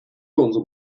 unsere